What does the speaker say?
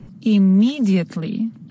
Immediately